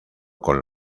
con